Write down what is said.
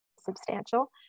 substantial